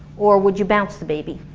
or would you bounce the baby?